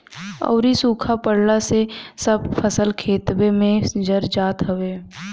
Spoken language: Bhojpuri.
अउरी सुखा पड़ला से सब फसल खेतवे में जर जात हवे